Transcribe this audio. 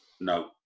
No